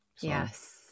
Yes